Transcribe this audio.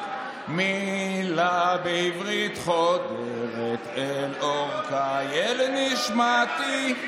/ רק מילה בעברית חודרת / אל עורקיי, אל נשמתי.